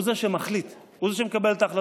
אדוני, הוא זה שמחליט, הוא זה שמקבל את ההחלטות.